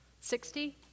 Sixty